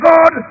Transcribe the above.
God